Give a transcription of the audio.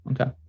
okay